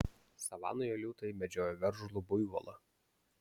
savanoje liūtai medžiojo veržlų buivolą